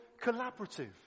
collaborative